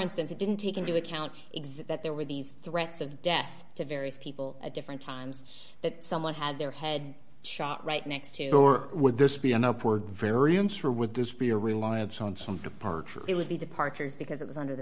instance he didn't take into account exist that there were these threats of death to various people at different times that someone had their head shot right next to or would this be an upward very i'm sure would this be a reliance on some departure it would be departures because it was under the